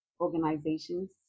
Organizations